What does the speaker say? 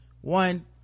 one